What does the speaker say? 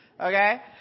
Okay